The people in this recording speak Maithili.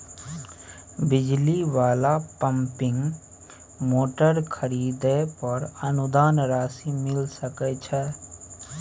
बिजली वाला पम्पिंग मोटर खरीदे पर अनुदान राशि मिल सके छैय?